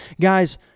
Guys